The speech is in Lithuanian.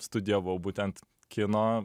studijavau būtent kino